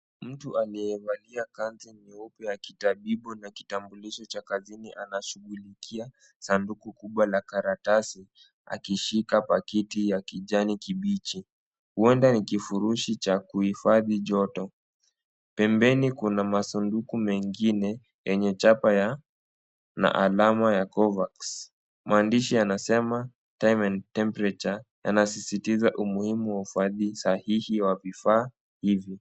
Mtu aliyevalia kanzu nyeupe ya kitabibu na kitambulisho cha kazini anashughulikia sanduku kubwa la karatasi akishika pakiti ya kijani kibichi huenda ni kifurushi cha kuhifadhi joto. Pembeni kuna masanduku mengine yenye chapa na alama ya Covax . Maandishi yanesema time and temperature yanasisitiza umihimu wa uhifadhi sahihi wa vifaa hivi.